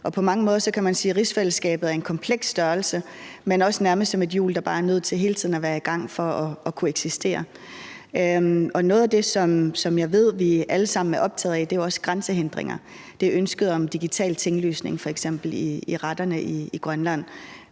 på. På mange måder kan man sige, at rigsfællesskabet er en kompleks størrelse, men at det også nærmest er som et hjul, der bare er nødt til hele tiden at være i gang for at kunne eksistere. Noget af det, som jeg ved vi alle sammen er optaget af, er grænsehindringer og ønsket om digital tinglysning f.eks. i retterne i Grønland,